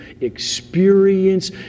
experience